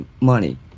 money